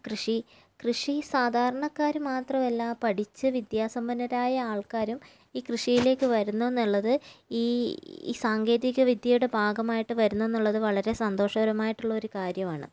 കൃഷി കൃഷി സാധാരണക്കാര് മാത്രമല്ല പഠിച്ച് വിദ്യാസമ്പന്നരായ ആൾക്കാരും ഈ കൃഷിയിലേക്ക് വരുന്നുയെന്നുള്ളത് ഈ സാങ്കേതിക വിദ്യയുടെ ഭാഗമായിട്ട് വരുന്നുയെന്നുള്ളത് വളരെ സന്തോഷകരമായിട്ടുള്ളൊര് കാര്യമാണ്